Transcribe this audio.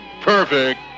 perfect